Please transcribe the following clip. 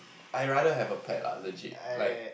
I rather have a pet lah legit like